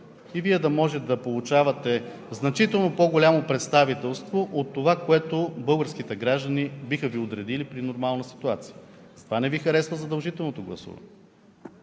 и Вие да може да получавате значително по-голямо представителство от това, което българските граждани биха Ви отредили при нормална ситуация. Затова не Ви харесва задължителното гласуване.